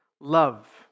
Love